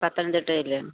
പത്തനംതിട്ടയിൽ